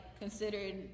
considered